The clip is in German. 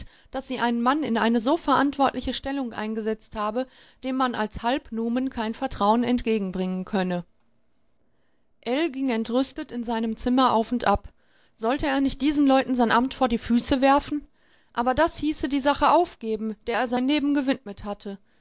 daß sie einen mann in eine so verantwortliche stellung eingesetzt habe dem man als halb numen kein vertrauen entgegenbringen könne ell ging entrüstet in seinem zimmer auf und ab sollte er nicht diesen leuten sein amt vor die füße werfen aber das hieße die sache aufgeben der er sein leben gewidmet hatte